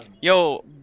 Yo